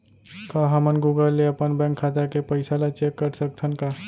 का हमन गूगल ले अपन बैंक खाता के पइसा ला चेक कर सकथन का?